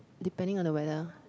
depending on the weather